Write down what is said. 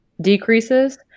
decreases